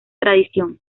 tradición